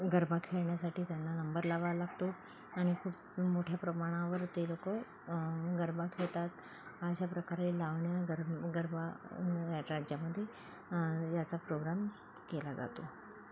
गरबा खेळण्यासाठी त्यांना नंबर लावा लागतो आणि खूप मोठ्या प्रमाणावर ते लोकं गरबा खेळतात अशा प्रकारे लावण्या गर गरबा या राज्यामध्ये याचा प्रोग्राम केला जातो